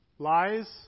Lies